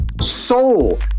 soul